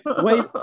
wait